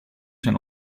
zijn